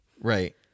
right